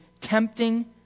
tempting